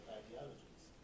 ideologies